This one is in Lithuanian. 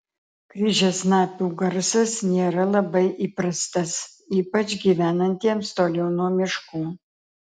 kryžiasnapių garsas nėra labai įprastas ypač gyvenantiems toliau nuo miškų